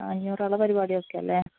അഞ്ഞൂറാളുടെ പരിപാടിയൊക്കെയല്ലേ